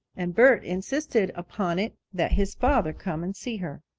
and bert insisted upon it that his father come and see her.